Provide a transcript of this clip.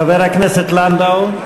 חבר הכנסת לנדאו?